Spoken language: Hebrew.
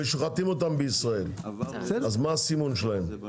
ושוחטים אותם בישראל, מה הסימון שלהם?